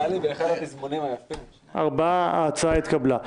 הצבעה בעד, 5 נגד, 4 נמנעים,